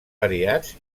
variats